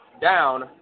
down